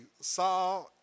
saw